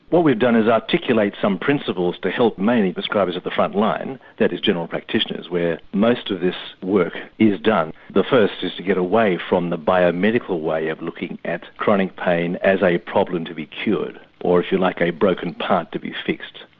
what we've done is articulate some principles to help mainly prescribers at the front line that is general practitioners where most of this work is done. the first is to get away from the biomedical way of looking at chronic pain as a problem to be cured, or if you like a broken part to be fixed.